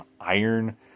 iron